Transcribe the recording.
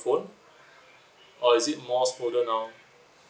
phone or is it more smoother now